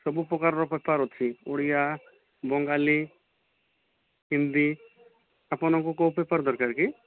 ସବୁ ପ୍ରକାରର ପେପର୍ ଅଛି ଓଡ଼ିଆ ବଙ୍ଗାଳି ହିନ୍ଦୀ ଆପଣଙ୍କୁ କେଉଁ ପେପର୍ ଦରକାର କି